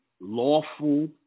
lawful